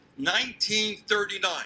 1939